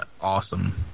Awesome